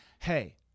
Hey